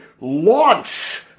launch